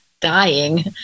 dying